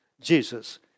Jesus